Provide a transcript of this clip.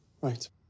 right